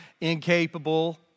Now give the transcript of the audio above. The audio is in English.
incapable